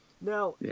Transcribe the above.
Now